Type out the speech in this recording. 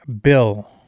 bill